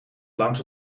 langs